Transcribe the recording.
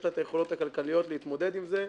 לה את היכולות הכלכליות להתמודד עם זה,